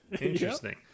interesting